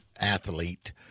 athlete